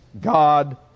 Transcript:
God